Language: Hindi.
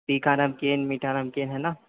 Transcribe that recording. तीखा नमकीन मीठा नमकीन है न